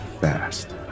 fast